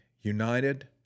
united